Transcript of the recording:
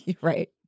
Right